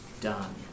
done